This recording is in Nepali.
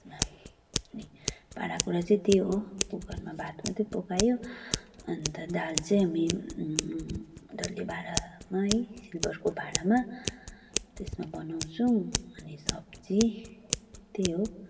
भाँडाकुँडा चाहिँ त्यही हो कुकरमा भात मात्रै पकायो अन्त दाल चाहिँ हामी डल्ले भाँडामा है सिल्भरको भाँडामा त्यसमा बनाउँछौँ अनि सब्जी त्यही हो